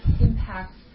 impacts